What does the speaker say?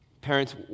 Parents